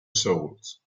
souls